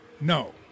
No